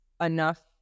enough